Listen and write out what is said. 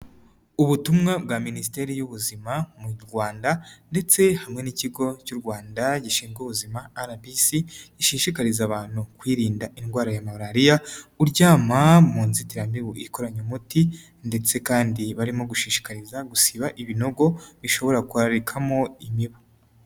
Ubutumwa bwa minisiteri y'ubuzima mu Rwanda ndetse hamwe n'ikigo cy'u Rwanda gishinzwe ubuzima RBC, gishishikariza abantu kwirinda indwara ya malariya, uryama mu nzitiramibu ikoranye umuti, ndetse kandi barimo gushishikariza gusiba ibinogo bishobora kwarikamo imibu.